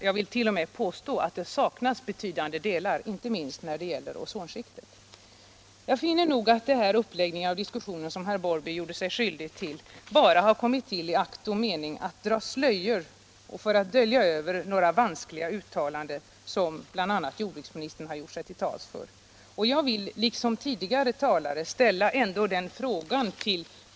Jag vill t.o.m. påstå att det saknas betydande delar, inte minst när det gäller ozonskiktet. Jag finner att den uppläggning av diskussionen, som herr Larsson i Borrby gjort sig skyldig till, bara har valts i akt och mening att dra slöjor över några vanskliga uttalanden som bl.a. jordbruksministern har gjort. Jag skulle kunna ställa samma fråga till jordbruksministern som tidigare talare har ställt.